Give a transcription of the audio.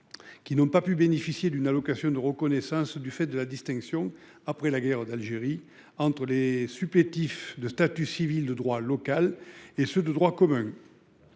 Qui n'ont pas pu bénéficier d'une allocation de reconnaissance du fait de la distinction après la guerre d'Algérie entre les supplétifs de statut civil de droit local et ce de droit commun.